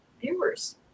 viewers